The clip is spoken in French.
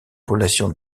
relations